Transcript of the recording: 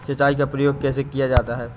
सिंचाई का प्रयोग कैसे किया जाता है?